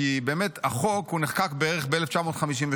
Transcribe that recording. כי החוק באמת נחקק בערך בשנת 1952,